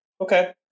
Okay